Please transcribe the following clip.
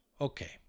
Okay